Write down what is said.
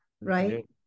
right